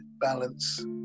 balance